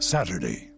Saturday